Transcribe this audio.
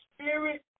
spirit